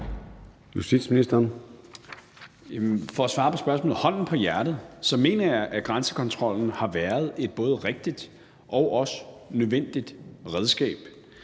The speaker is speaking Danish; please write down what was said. For at svare på spørgsmålet med hånden på hjertet mener jeg, at grænsekontrollen har været et både rigtigt og også nødvendigt redskab.